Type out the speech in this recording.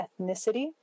ethnicity